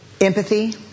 empathy